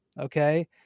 Okay